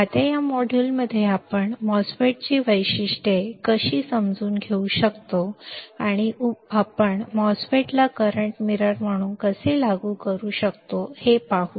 आता या मॉड्यूलमध्ये आपण MOSFET ची वैशिष्ट्ये कशी समजून घेऊ शकतो आणि आपण MOSFET ला कंरट मीरर म्हणून कसे लागू करू शकतो हे पाहू